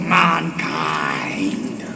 mankind